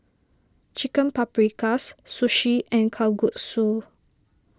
Chicken Paprikas Sushi and Kalguksu